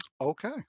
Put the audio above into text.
Okay